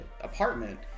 apartment